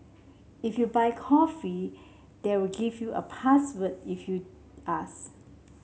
if you buy a coffee they'll give you a password if you ask